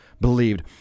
believed